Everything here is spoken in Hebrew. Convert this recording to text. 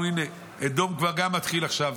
הינה, אמרנו, אדום כבר גם מתחיל עכשיו,